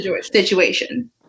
situation